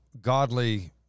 godly